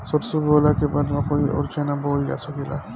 सरसों बोअला के बाद मकई अउर चना बोअल जा सकेला